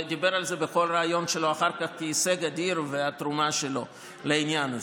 ודיבר על זה בכל ריאיון שלו אחר כך כהישג אדיר והתרומה שלו לעניין הזה.